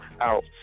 out